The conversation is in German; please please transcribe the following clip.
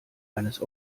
eines